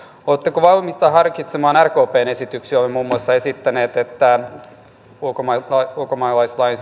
oletteko valmiita harkitsemaan rkpn esityksiä olemme muun muassa esittäneet että ulkomaalaislain